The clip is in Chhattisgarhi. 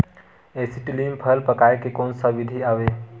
एसीटिलीन फल पकाय के कोन सा विधि आवे?